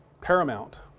paramount